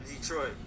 Detroit